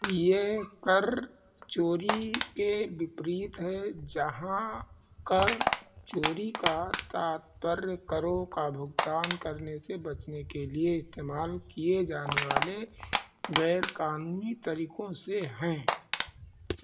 यह कर चोरी के विपरीत है जहाँ कर चोरी का तात्पर्य करो का भुगतान करने से बचने के लिए इस्तेमाल किए जाने वाले गैरकानूनी तरीकों से हैं